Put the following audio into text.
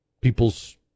people's